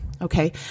okay